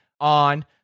on